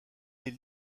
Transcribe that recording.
est